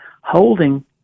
holding